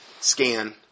scan